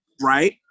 Right